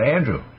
Andrew